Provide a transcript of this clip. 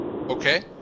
Okay